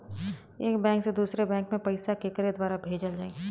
एक बैंक से दूसरे बैंक मे पैसा केकरे द्वारा भेजल जाई?